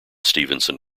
stevenson